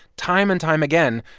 time and time again,